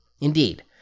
Indeed